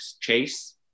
Chase